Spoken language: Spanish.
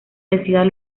densidad